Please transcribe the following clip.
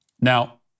Now